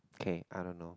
K I don't know